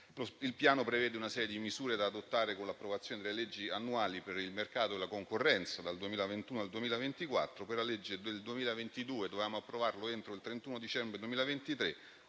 Il piano prevede una serie di misure da adottare con l'approvazione delle leggi annuali per il mercato e la concorrenza dal 2021 al 2024; il disegno di legge per il 2022 dev'essere approvato entro il 31 dicembre 2023